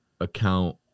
account